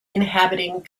inhabiting